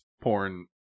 porn